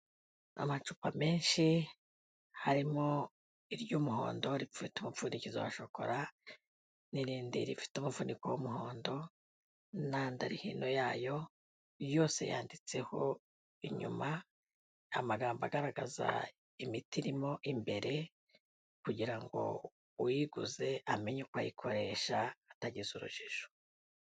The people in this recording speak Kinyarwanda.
Amacupa menshi, harimo iry'umuhondo ripfute umumfundikizo wa shokora n'irindi rifite umufuniko w'umuhondo n'andi ari hino yayo, yose yanditseho inyuma amagambo agaragaza imiti irimo imbere, kugirango uyiguze amenye uko ayikoresha atagize urujijo.